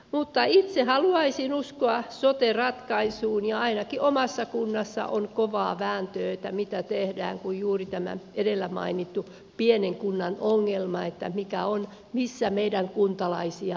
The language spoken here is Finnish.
mutta itse haluaisin uskoa sote ratkaisuun ja ainakin omassa kunnassani on kovaa vääntöä mitä tehdään kun on juuri tämä edellä mainittu pienen kunnan ongelma missä meidän kuntalaisiamme hoidetaan